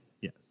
yes